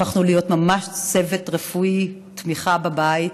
הפכנו להיות ממש צוות רפואי, ותמיכה בבית,